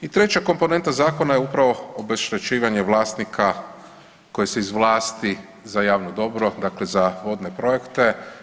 I treća komponenta zakona je upravo obeštećivanje vlasnika koji se izvlasti za javno dobro, dakle za vodne projekte.